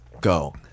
go